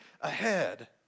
ahead